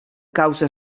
causa